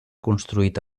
construït